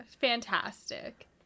fantastic